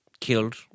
killed